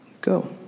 go